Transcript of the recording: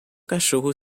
cachorro